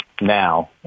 Now